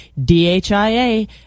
DHIA